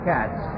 Cats